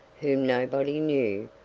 whom nobody knew,